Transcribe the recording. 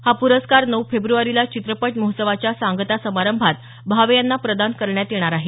हा प्रस्कार नऊ फेब्रवारीला चित्रपट महोत्सवाच्या सांगता समारंभात भावे यांना प्रदान करण्यात येणार आहे